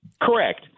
Correct